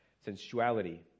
sensuality